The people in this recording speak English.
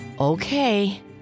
Okay